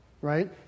right